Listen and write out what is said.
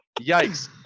Yikes